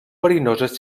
verinoses